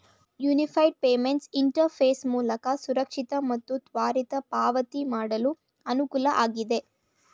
unified payments interface ಮೂಲಕ ಸುರಕ್ಷಿತ ಮತ್ತು ತ್ವರಿತ ಪಾವತಿ ಮಾಡಲು ಅನುಕೂಲ ಆಗಿದೆ